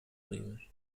river